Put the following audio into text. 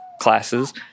classes